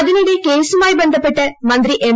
അതിനിടെ കേസുമായി ബന്ധപ്പെട്ട് മന്ത്രി എം